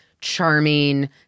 charming